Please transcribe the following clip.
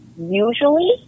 usually